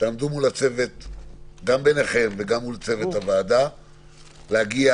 גם ביניכם וגם מול צוות הוועדה כדי להגיע